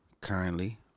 currently